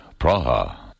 Praha